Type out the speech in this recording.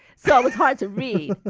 so it was hard to read.